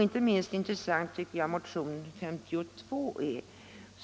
Inte minst intressant tycker jag motionen 52 är.